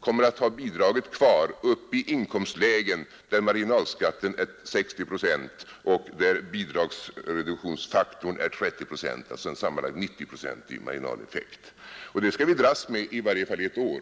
kommer att ha bidraget kvar upp i inkomstlägen där marginalskatten är 60 procent och där bidragsreduktionsfaktorn är 30 procent, alltså sammanlagt en 90-procentig marginaleffekt. Och det skall vi dras med i varje fall i ett år.